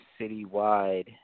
citywide